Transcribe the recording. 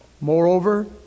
Moreover